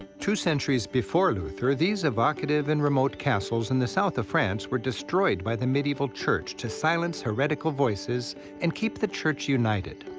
two centuries before luther, these evocative and remote castles in the south of france were destroyed by the medieval church to silence heretical voices and keep the church united.